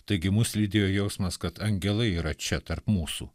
taigi mus lydėjo jausmas kad angelai yra čia tarp mūsų